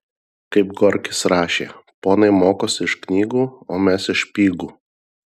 kaip gorkis rašė ponai mokosi iš knygų o mes iš špygų